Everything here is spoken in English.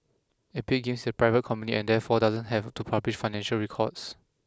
Epic Games is a private company and therefore doesn't have to publish financial records